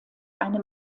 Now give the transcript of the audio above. eine